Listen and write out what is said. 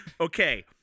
okay